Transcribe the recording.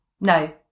No